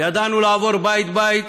ידענו לעבור בית-בית,